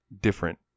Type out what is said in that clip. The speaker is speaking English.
different